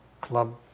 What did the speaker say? club